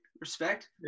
Respect